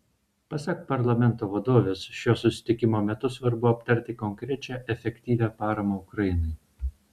pasak parlamento vadovės šio susitikimo metu svarbu aptarti konkrečią efektyvią paramą ukrainai